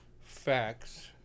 facts